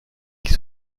qui